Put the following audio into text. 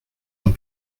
jean